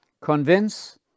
Convince